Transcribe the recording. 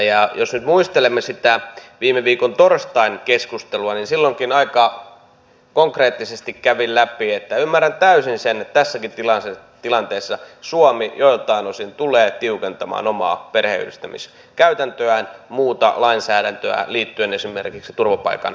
ja jos nyt muistelemme sitä viime viikon torstain keskustelua niin silloinkin aika konkreettisesti kävin läpi sen että ymmärrän täysin sen että tässäkin tilanteessa suomi joiltain osin tulee tiukentamaan omaa perheenyhdistämiskäytäntöään ja muuta lainsäädäntöään liittyen esimerkiksi turvapaikanhakijoihin